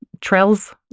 trails